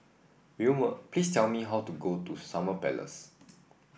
please tell me how to get to Summer Place